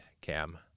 Cam